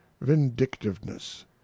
vindictiveness